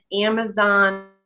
Amazon